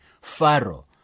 Pharaoh